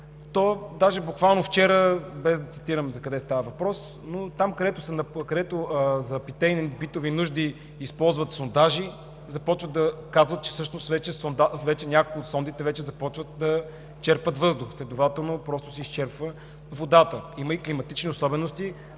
то буквално от вчера – без да цитирам за къде става въпрос – там, където за питейни и битови нужди използват сондажи, започват да казват, че всъщност някои от сондите вече започват да черпят въздух и следователно просто се изчерпва водата. Има и климатични особености,